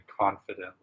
confidently